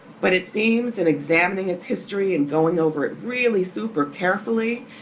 but it seems and examining its history and going over it really super carefully,